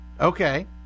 Okay